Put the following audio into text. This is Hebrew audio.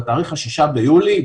בתאריך ה-6 ביולי,